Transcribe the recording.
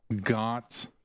got